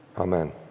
amen